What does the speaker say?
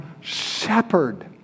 shepherd